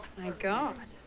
my god